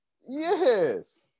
yes